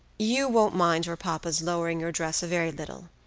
you won't mind your papa's lowering your dress a very little.